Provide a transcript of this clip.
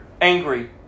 angry